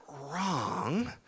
wrong